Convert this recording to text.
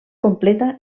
completa